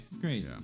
Great